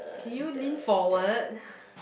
can you lean forward